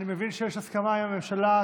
אני מבין שיש הסכמה עם הממשלה,